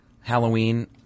Halloween